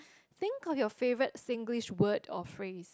think of your favourite Singlish word or phrase